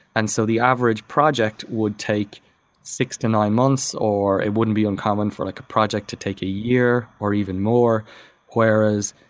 and so the average project would take six to nine months, or it wouldn't be uncommon for like a project to take a year, or even more whereas,